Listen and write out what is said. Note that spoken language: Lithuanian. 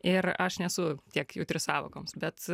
ir aš nesu tiek jautri sąvokoms bet